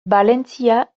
valentzia